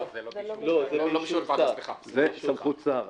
זה בסמכות שר.